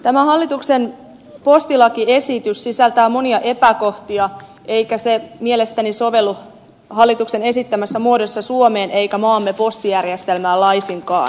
tämä hallituksen postilakiesitys sisältää monia epäkohtia eikä se mielestäni sovellu hallituksen esittämässä muodossa suomeen eikä maamme postijärjestelmään laisinkaan